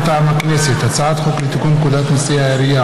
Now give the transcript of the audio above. מטעם הכנסת: הצעת חוק לתיקון פקודת מיסי העירייה